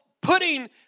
putting